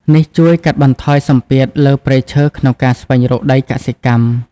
នេះជួយកាត់បន្ថយសម្ពាធលើព្រៃឈើក្នុងការស្វែងរកដីកសិកម្ម។